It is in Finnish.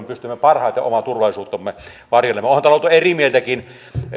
pystymme parhaiten omaa turvallisuuttamme varjelemaan onhan täällä oltu eri mieltäkin